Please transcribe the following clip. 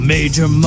Major